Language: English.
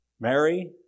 Mary